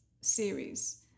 series